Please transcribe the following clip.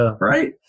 right